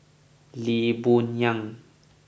Lee Boon Yang